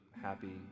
happy